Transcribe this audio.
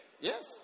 yes